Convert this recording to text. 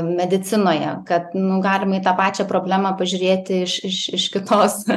medicinoje kad nu galima į tą pačią problemą pažiūrėti iš iš iš kitos